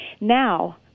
Now